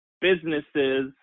businesses